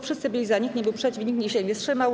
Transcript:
Wszyscy byli za, nikt nie był przeciw i nikt się nie wstrzymał.